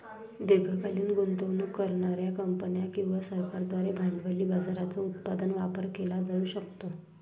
दीर्घकालीन गुंतवणूक करणार्या कंपन्या किंवा सरकारांद्वारे भांडवली बाजाराचा उत्पादक वापर केला जाऊ शकतो